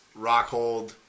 Rockhold